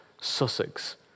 Sussex